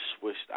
switched